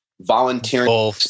volunteering